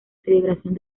celebración